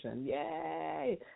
Yay